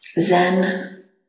Zen